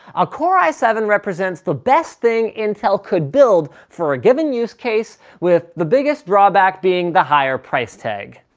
a core i seven represents the best thing intel could build for a given use case with the biggest drawback being the higher price tag.